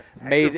made